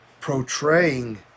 portraying